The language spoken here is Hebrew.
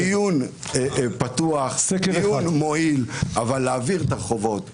דיון פתוח זה דיון מועיל אבל להבהיר את הרחובות